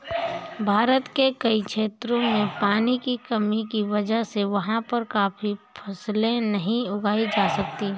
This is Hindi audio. भारत के कई क्षेत्रों में पानी की कमी की वजह से वहाँ पर काफी फसलें नहीं उगाई जा सकती